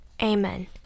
Amen